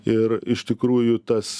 ir iš tikrųjų tas